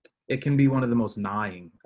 it can be one of the most nine